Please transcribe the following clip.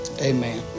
Amen